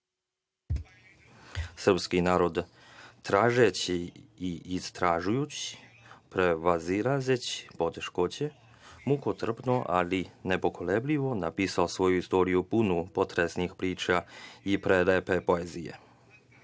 srpski narod tražeći i istražujući, prevazilazeći poteškoće mukotrpno, ali ne pokolebljivo napisao je svoju istoriju, puno potresnih priča i prelepe poezije.